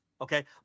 okay